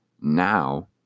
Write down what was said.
now